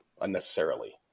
unnecessarily